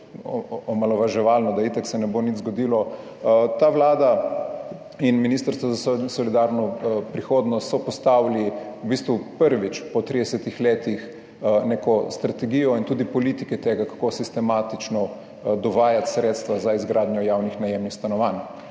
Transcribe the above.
omalovaževalno [govori], da se itak nič ne bo zgodilo. Ta vlada in Ministrstvo za solidarno prihodnost sta postavila v bistvu prvič po 30 letih neko strategijo in tudi politike tega, kako sistematično dovajati sredstva za izgradnjo javnih najemnih stanovanj.